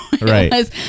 Right